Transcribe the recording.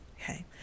Okay